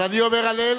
אבל אני אומר "הלל",